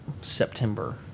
September